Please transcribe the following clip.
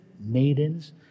maidens